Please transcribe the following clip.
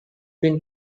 been